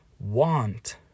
Want